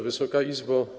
Wysoka Izbo!